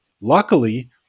Luckily